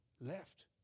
left